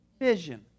vision